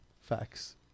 Facts